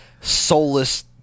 soulless